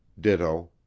ditto